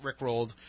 rickrolled